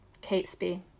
Catesby